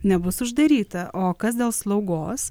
nebus uždaryta o kas dėl slaugos